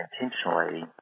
intentionally